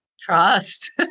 Trust